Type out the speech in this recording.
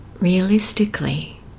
Realistically